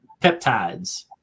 peptides